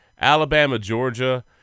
Alabama-Georgia